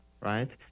right